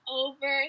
over